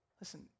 Listen